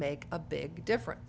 make a big difference